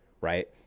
right